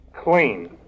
Clean